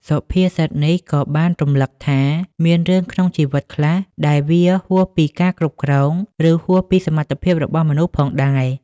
សុភាសិតនេះក៏បានរំលឹកថា មានរឿងក្នុងជីវិតខ្លះដែលវាហួសពីការគ្រប់គ្រង ឬហួសពីសមត្ថភាពរបស់មនុស្សផងដែរ។